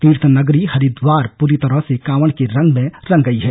तीर्थनगरी हरिद्वार पूरी तरह से कांवड़ के रंग में रंग गई है